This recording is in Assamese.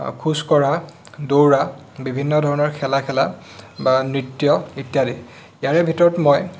খোজকঢ়া দৌৰা বিভিন্নধৰণৰ খেলা খেলা বা নৃত্য ইত্যাদি ইয়াৰে ভিতৰত মই